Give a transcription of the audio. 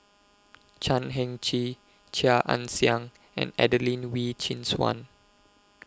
Chan Heng Chee Chia Ann Siang and Adelene Wee Chin Suan